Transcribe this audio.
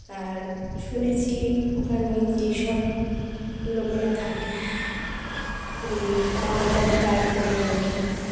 আর শুনেছি ওখানে যেই সব লোকেরা থাকে এমনি বাউন্ডারি পার করে নাকি